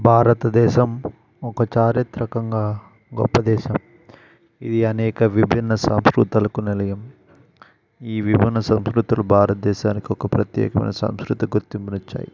భారతదేశంలో ఒక చారిత్రకంగా గొప్ప దేశం ఇది అనేక విభిన్న సంస్కృతలకు నిలయం ఇది ఈ విభిన్న సంస్కృతలకు భారతదేశానికి ఒక ప్రత్యేకమైన సాంస్కృతి గుర్తింపు వచ్చాయి